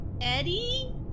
Eddie